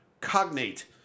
cognate